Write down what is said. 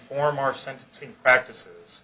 conform our sentencing practices